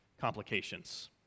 complications